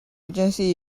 agency